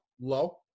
low